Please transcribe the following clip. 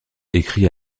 écrits